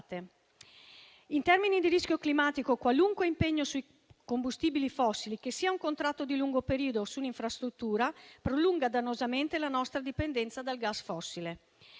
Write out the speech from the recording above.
In termini di rischio climatico, qualunque impegno sui combustibili fossili che sia un contratto di lungo periodo su un'infrastruttura prolunga dannosamente la nostra dipendenza dal gas fossile.